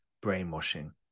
brainwashing